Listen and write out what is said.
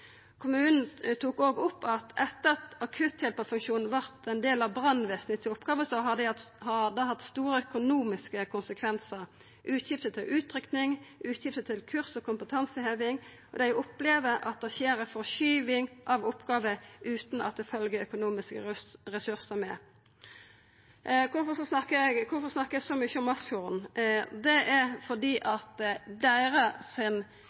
Kommunen tok òg opp at etter at akutthjelparfunksjonen vart ein del av oppgåva til brannvesenet, har det hatt store økonomiske konsekvensar, med utgifter til utrykking og utgifter til kurs og kompetanseheving. Dei opplever at det skjer ei forskyving av oppgåver, utan at det følgjer økonomiske ressursar med. Kvifor snakkar eg så mykje om Masfjorden? Det er fordi